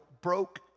broke